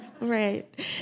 right